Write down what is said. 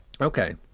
okay